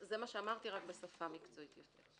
זה מה שאמרתי, רק בשפה מקצועית יותר.